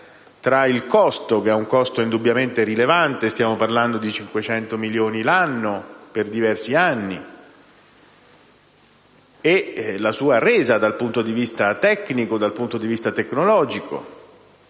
tra il costo, che è indubbiamente rilevante (stiamo parlando di 500 milioni l'anno per diversi anni), e la sua resa dal punto di vista tecnico e tecnologico?